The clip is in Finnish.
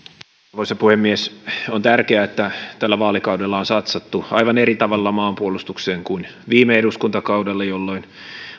arvoisa puhemies on tärkeää että tällä vaalikaudella on satsattu aivan eri tavalla maanpuolustukseen kuin viime eduskuntakaudella jolloin